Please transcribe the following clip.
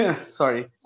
Sorry